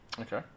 Okay